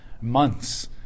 months